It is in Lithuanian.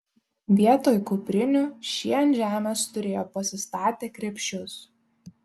vietoj kuprinių šie ant žemės turėjo pasistatę krepšius